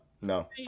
no